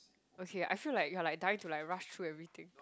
okay I feel like you are dying to like rush through everything